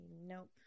Nope